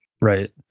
Right